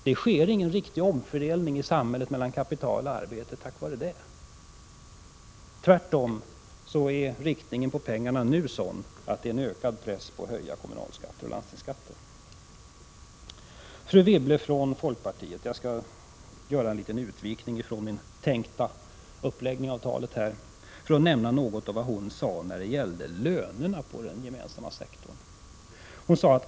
Det sker ingen riktig omfördelning i samhället mellan kapital och arbete genom det. Tvärtom är inriktningen en ökad press på att höja kommunaloch landstingsskatten. Jag skall göra en liten utvikning från min tänkta uppläggning av anförandet och kommentera vad Anne Wibble sade om lönerna på den gemensamma sektorn.